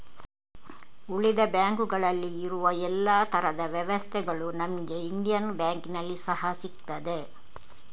ಉಳಿದ ಬ್ಯಾಂಕುಗಳಲ್ಲಿ ಇರುವ ಎಲ್ಲಾ ತರದ ವ್ಯವಸ್ಥೆಗಳು ನಮಿಗೆ ಇಂಡಿಯನ್ ಬ್ಯಾಂಕಿನಲ್ಲಿ ಸಹಾ ಸಿಗ್ತದೆ